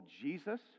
Jesus